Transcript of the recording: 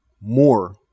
more